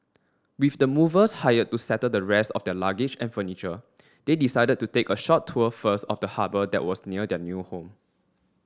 with the movers hired to settle the rest of their luggage and furniture they decided to take a short tour first of the harbour that was near their new home